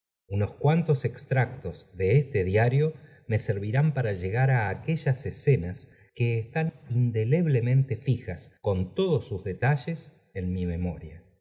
unos cuantos extractos de este diario me servirán para llegar a aquellas escenas quo están indeleblemente fijas con todos sus detalles en mi memoria